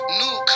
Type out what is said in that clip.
new